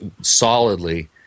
solidly